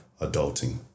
adulting